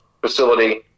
facility